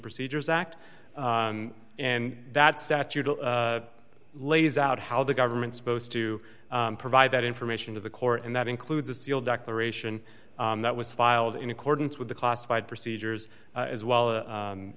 procedures act and that statute lays out how the government supposed to provide that information to the court and that includes a sealed declaration that was filed in accordance with the classified procedures as well